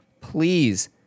please